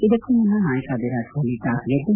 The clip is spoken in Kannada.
ಇದಕ್ಕೆ ಮುನ್ನ ನಾಯಕ ವಿರಾಟ್ ಕೊಹ್ಲ ಟಾಸ್ ಗೆದ್ದು